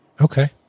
Okay